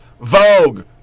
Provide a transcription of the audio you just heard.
Vogue